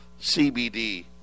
CBD